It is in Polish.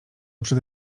przede